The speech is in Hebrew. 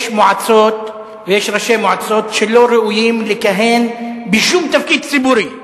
יש ראשי מועצות שלא ראויים לכהן בשום תפקיד ציבורי,